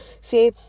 say